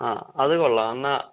ആ അത് കൊള്ളാം എന്നാൽ